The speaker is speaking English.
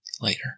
later